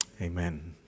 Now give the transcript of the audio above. Amen